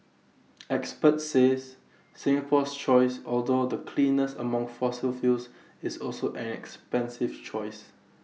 experts says Singapore's choice although the cleanest among fossil fuels is also an expensive choice